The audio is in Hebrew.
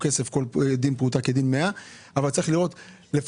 דין פרוטה כדין מאה, אבל צריך לפצות